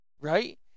Right